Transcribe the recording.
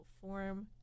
form